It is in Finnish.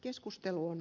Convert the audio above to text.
keskusteluun